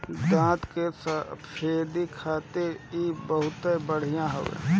दांत के सफेदी खातिर इ बहुते बढ़िया हवे